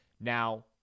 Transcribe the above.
Now